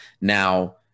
Now